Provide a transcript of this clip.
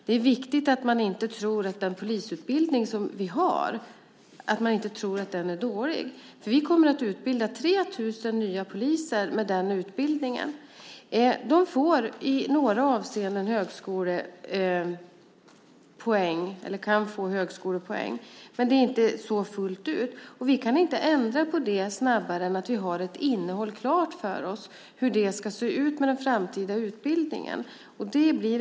Det är viktigt att inte tro att den polisutbildning som vi har är dålig, för 3 000 poliser kommer att få den utbildningen. De kan få högskolepoäng, men inte fullt ut. Vi kan inte ändra på det förrän vi har ett innehåll klart för oss när det gäller hur den framtida utbildningen ska se ut.